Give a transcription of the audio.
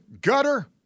Gutter